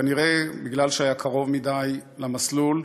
כנראה בגלל שהיה קרוב מדי למסלול,